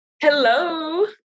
Hello